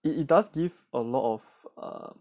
it it does give a lot of uh